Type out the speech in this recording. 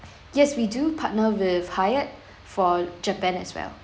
yes we do partner with hyatt for japan as well